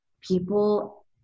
people